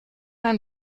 ein